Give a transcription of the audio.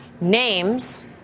names